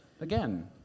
again